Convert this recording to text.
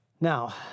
Now